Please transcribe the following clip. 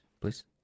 please